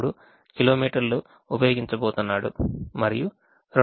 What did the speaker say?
03 కిలోమీటర్లు ఉపయోగించ పోతున్నాడు మరియు 2